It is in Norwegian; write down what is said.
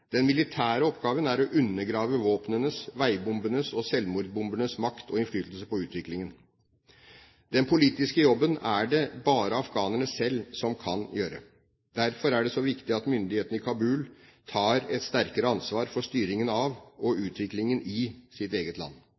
Den militære oppgaven er å undergrave våpnenes, veibombenes og selvmordsbombenes makt og innflytelse på utviklingen. Den politiske jobben er det bare afghanerne selv som kan gjøre. Derfor er det så viktig at myndighetene i Kabul tar et sterkere ansvar for styringen av og utviklingen i sitt eget land.